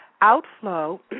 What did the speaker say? Outflow